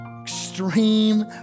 extreme